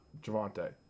Javante